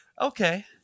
Okay